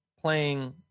playing